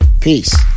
Peace